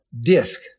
disc